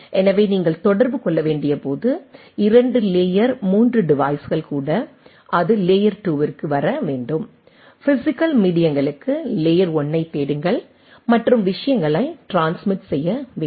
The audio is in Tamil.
எனவே நீங்கள் தொடர்பு கொள்ள வேண்டிய போது 2 லேயர் 3 டிவைஸ்கள் கூட அது லேயர் 2 க்கு வர வேண்டும் பிஸிக்கல் மீடியங்களுக்கு லேயர் 1 ஐத் தேடுங்கள் மற்றும் விஷயங்களை ட்ரான்ஸ்மிட் செய்ய வேண்டும்